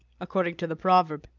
according to the proverb,